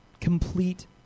complete